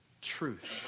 truth